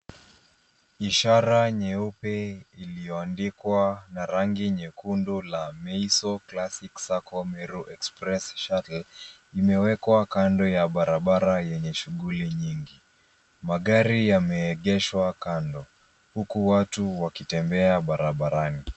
Ishara nyeupe iliyo andikwa na rangi nyekundu la Meiso classic sacco Meru express shuttle limewekwa kando ya barabara yenye shughuli nyingi. Magari yameegeshwa kando huku watu wakitembea barabarani.